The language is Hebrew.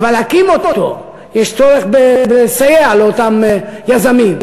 אבל להקים אותו יש צורך לסייע לאותם יזמים.